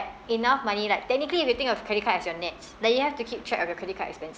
enough money like technically if you think of credit card as your nets like you have to keep track of your credit card expenses